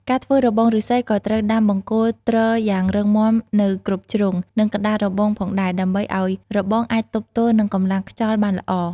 ការធ្វើរបងឬស្សីក៏ត្រូវដាំបង្គោលទ្រយ៉ាងរឹងមាំនៅគ្រប់ជ្រុង និងកណ្ដាលរបងផងដែរ ដើម្បីឱ្យរបងអាចទប់ទល់នឹងកម្លាំងខ្យល់បានល្អ។